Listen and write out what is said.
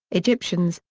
egyptians,